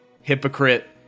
hypocrite